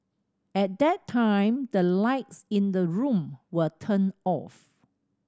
at that time the lights in the room were turned off